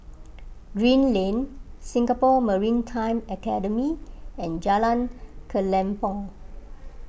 Green Lane Singapore Maritime Academy and Jalan Kelempong